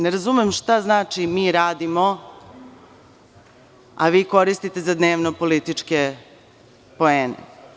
Ne razumem šta znači – mi radimo, a vi koristite za dnevnopolitičke poene.